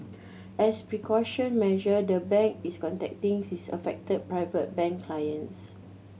as precaution measure the bank is contacting its affected Private Bank clients